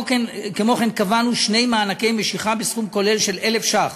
כמו כן קבענו שני מענקי משיכה בסכום כולל של 1,000 ש"ח